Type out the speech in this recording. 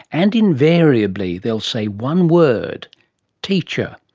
and invariably they'll say one word teacher.